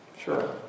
Sure